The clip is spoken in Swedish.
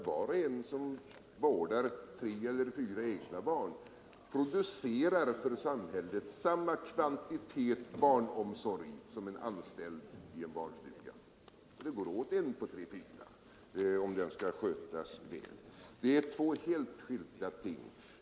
Var och en som vårdar tre eller fyra egna barn producerar för samhället samma kvantitet barnomsorg som en anställd i en barnstuga. Det behövs en person på tre eller fyra barn om barnstugan skall skötas väl.